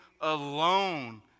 alone